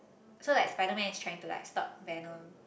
so like Spiderman is trying to like stop venom